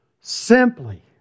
simply